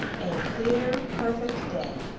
a clear, perfect day,